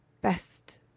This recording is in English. best